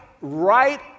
right